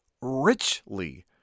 richly